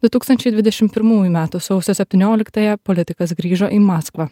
du tūkstančiai dvidešim pirmųjų metų sausio septynioliktąją politikas grįžo į maskvą